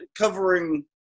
covering